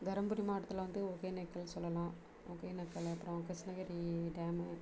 தருமபுரி மாவட்டத்தில் வந்து ஒகேனக்கல் சொல்லலாம் ஒகேனக்கல் அப்புறம் கிருஷ்ணகிரி டேம்மு